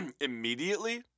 immediately